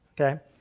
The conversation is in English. Okay